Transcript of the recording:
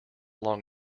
long